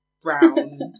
Brown